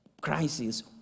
crisis